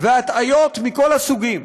והטעיות מכל הסוגים.